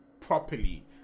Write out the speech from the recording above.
properly